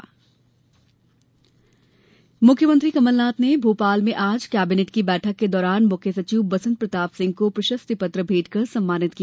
मुख्यसचिव सम्मान मुख्यमंत्री कमलनाथ ने भोपाल में आज कैबिनेट की बैठक के दौरान मुख्य सचिव बी पी सिंह को प्रशस्तिपत्र भेंट कर सम्मानित किया